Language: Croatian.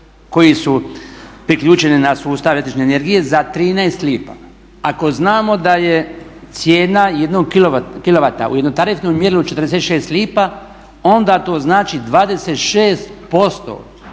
koji su priključeni na sustav el.energije za 13 lipa ako znamo da je cijena jednog kilovata u jednotarifnom mjerilu 46 lipa onda to znači 26%